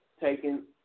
taken